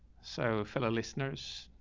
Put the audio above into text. so fellow listeners,